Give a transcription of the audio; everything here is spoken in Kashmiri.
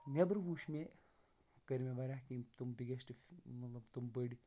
نیبرٕ وٕچھ مےٚ کٔرۍ مےٚ واریاہ تِم بِگیسٹ مطلب تِم بٔڑۍ